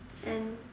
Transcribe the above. and